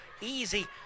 easy